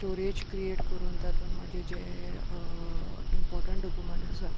storage create करून तातूून म्हाजे जे इम्पॉर्टंट डॉक्युमँट्स आसा